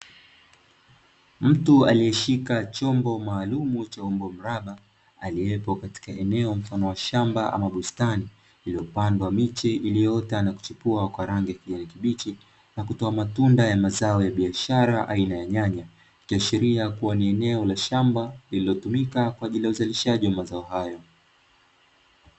Mtu aliyeshika chombo maalumu cha umbo mraba, aliyepo katika eneo mfano wa shamba ama bustani, lililopandwa miche iliyoota na kuchipua kwa rangi ya kijani kibichi na kutoa matunda ya mazao ya biashara aina ya nyanya. Ikiashiria kuwa ni eneo la shamba lililotumika kwa ajili ya uzalishaji wa mazao hayo.